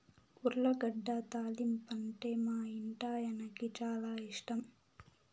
ఉర్లగడ్డ తాలింపంటే మా ఇంటాయనకి చాలా ఇష్టం